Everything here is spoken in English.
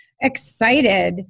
excited